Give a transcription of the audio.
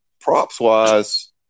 props-wise